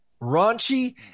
raunchy